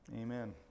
Amen